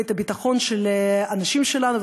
ואת הביטחון של הנשים שלנו,